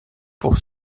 pour